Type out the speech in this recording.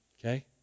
Okay